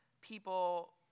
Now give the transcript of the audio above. people